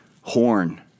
horn